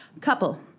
Couple